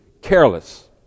careless